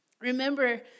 Remember